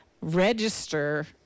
register